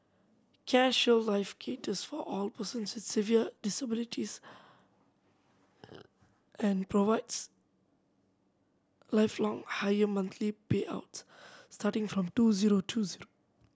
Care Shield Life caters for all persons with severe disabilities and provides lifelong higher monthly payouts starting from two zero two zero